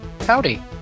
Howdy